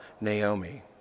Naomi